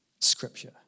Scripture